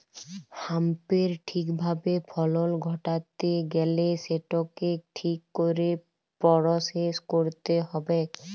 হ্যাঁম্পের ঠিক ভাবে ফলল ঘটাত্যে গ্যালে সেটকে ঠিক কইরে পরসেস কইরতে হ্যবেক